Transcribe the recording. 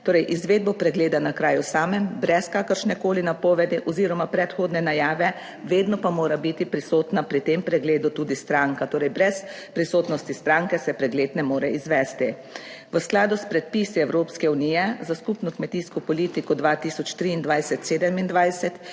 torej izvedbo pregleda na kraju samem brez kakršnekoli napovedi oziroma predhodne najave, vedno pa mora biti prisotna pri tem pregledu tudi stranka, torej brez prisotnosti stranke se pregled ne more izvesti. V skladu s predpisi Evropske unije za skupno kmetijsko politiko 2023-2027